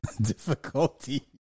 difficulty